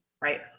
right